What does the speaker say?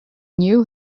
knew